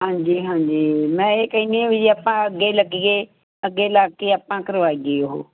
ਹਾਂਜੀ ਹਾਂਜੀ ਮੈਂ ਇਹ ਕਹਿੰਦੀ ਹਾਂ ਵੀ ਜੇ ਆਪਾਂ ਅੱਗੇ ਲੱਗੀਏ ਅੱਗੇ ਲੱਗ ਕੇ ਆਪਾਂ ਕਰਵਾਈਏ ਉਹ